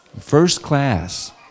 first-class